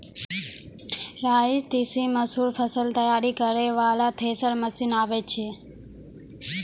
राई तीसी मसूर फसल तैयारी करै वाला थेसर मसीन आबै छै?